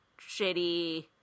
shitty